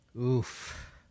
Oof